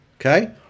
okay